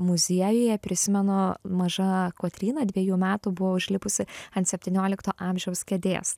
muziejuje prisimenu maža kotryna dvejų metų buvo užlipusi ant septyniolikto amžiaus kėdės